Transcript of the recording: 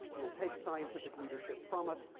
will take scientific leadership from us,